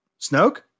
Snoke